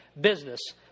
business